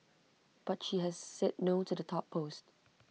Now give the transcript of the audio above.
but she has said no to the top post